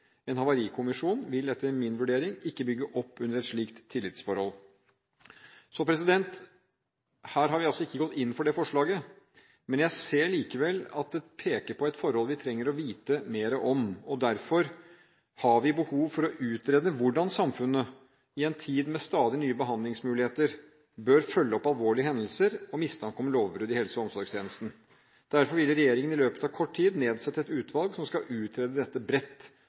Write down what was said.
En havarikommisjon vil etter min vurdering ikke bygge opp under et slikt tillitsforhold. Vi har altså ikke gått inn for det forslaget, men jeg ser likevel at det peker på et forhold vi trenger å vite mer om. Derfor har vi behov for å utrede hvordan samfunnet, i en tid med stadig nye behandlingsmuligheter, bør følge opp alvorlige hendelser og mistanke om lovbrudd i helse- og omsorgstjenesten. Derfor vil regjeringen i løpet av kort tid nedsette et utvalg som skal utrede dette bredt